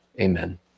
Amen